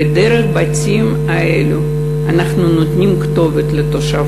ודרך הבתים האלו אנחנו נותנים כתובת לתושב